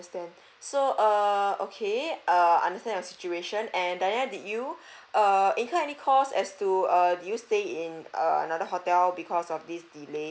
understand so err okay err understand your situation and danya did you err is there any cost as to err did you stay in err another hotel because of this delay